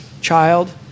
child